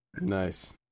Nice